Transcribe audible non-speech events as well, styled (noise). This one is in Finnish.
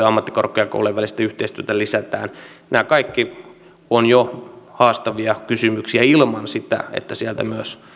(unintelligible) ammattikorkeakoulujen välistä yhteistyötä lisätään nämä kaikki ovat jo haastavia kysymyksiä ilman sitä että sieltä myös